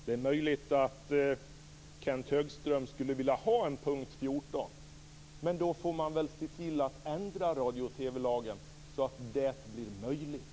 Det är möjligt att Kenth Högström skulle vilja ha en punkt 14, men då får man se till att ändra radio och TV-lagen så att det blir möjligt.